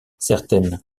certaines